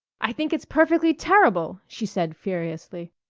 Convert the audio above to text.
i think it's perfectly terrible! she said furiously,